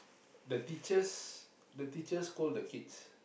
the teachers the teacher scold the kids